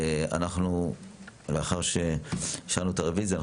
לאחר שאישרנו את הרוויזיה,